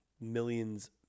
millions